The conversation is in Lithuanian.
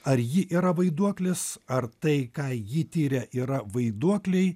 ar ji yra vaiduoklis ar tai ką ji tiria yra vaiduokliai